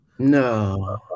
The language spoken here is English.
No